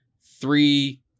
Three